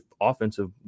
offensive